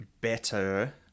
better